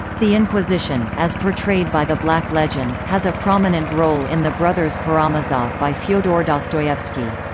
the inquisition, as portrayed by the black legend, has a prominent role in the brothers karamazov by fyodor dostoevsky.